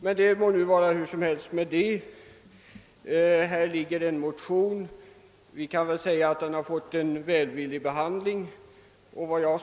Här föreligger nu emellertid en motion, som väl kan sägas ha fått en välvillig behandling.